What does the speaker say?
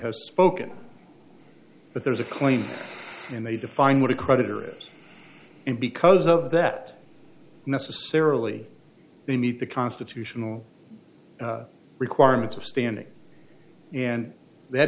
has spoken but there's a claim and they define what a creditor is and because of that necessarily they need the constitutional requirements of standing and that